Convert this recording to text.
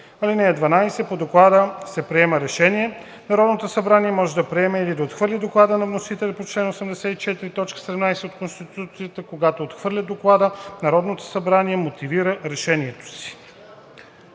чл. 63. (12) По доклада се приема решение. Народното събрание може да приеме или да отхвърли доклада на вносителя по чл. 84, т. 17 от Конституцията. Когато отхвърля доклада, Народното събрание мотивира решението си.“